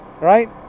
right